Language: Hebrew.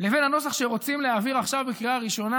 לבין הנוסח שרוצים להעביר עכשיו בקריאה ראשונה.